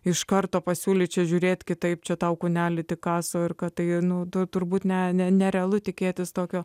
iš karto pasiūlyčiau žiūrėti kitaip čia tau kūnelį tik kaso ir kad tai nu d turbūt ne ne nerealu tikėtis tokio